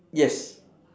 yes